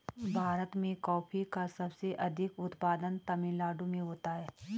भीरत में कॉफी का सबसे अधिक उत्पादन तमिल नाडु में होता है